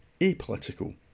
apolitical